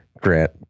grant